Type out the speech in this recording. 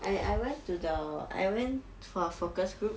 I I went to the I went for a focus group